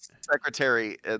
secretary